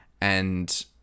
and-